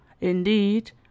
Indeed